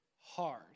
hard